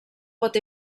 pot